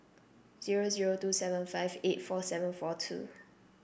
zero zero two seven five eight four seven four two